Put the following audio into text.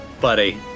buddy